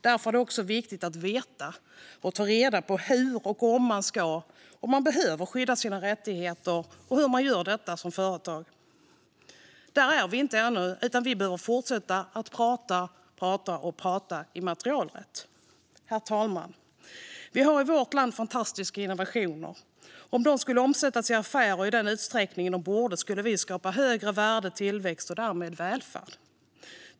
Därför är det också viktigt att veta och ta reda på hur och om man behöver skydda sina rättigheter och hur ett företag gör detta. Där är vi inte ännu, utan vi behöver fortsätta att prata och prata immaterialrätt. Herr talman! Det sker i vårt land fantastiska innovationer. Om de skulle omsättas i affärer i den utsträckning de borde skulle vi skapa högre värdetillväxt och därmed välfärd.